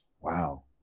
wow